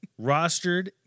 rostered